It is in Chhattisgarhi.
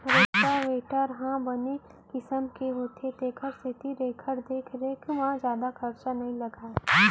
रोटावेटर ह बने किसम के होथे तेकर सेती एकर देख रेख म जादा खरचा नइ लागय